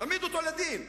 העמידו אותו לדין.